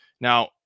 Now